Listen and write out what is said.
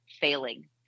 failing